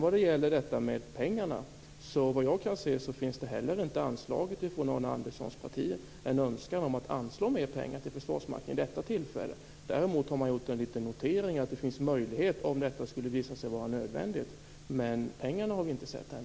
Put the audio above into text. Vad sedan gäller detta med pengarna kan jag inte se att det från Arne Anderssons parti finns någon önskan om att anslå mer pengar till Försvarsmakten vid detta tillfälle. Däremot har man gjort en liten notering om att det finns möjlighet om detta skulle visa sig vara nödvändigt. Men pengarna har vi inte sett än.